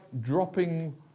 dropping